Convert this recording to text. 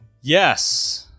Yes